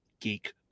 geek